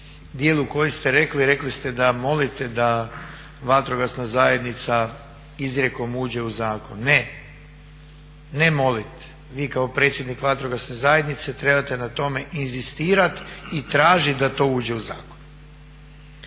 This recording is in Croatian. dijelu koji ste rekli. Rekli ste da molite da vatrogasna zajednica izrijekom uđe u zakon. Ne, ne moliti. Vi kao predsjednik vatrogasne zajednice trebate na tome inzistirati i tražit da to uđe u zakon.